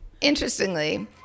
interestingly